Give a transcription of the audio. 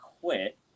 quit